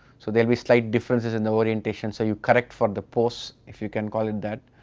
so there will be slight differences in the orientation, so you correct for the post if you can call it that.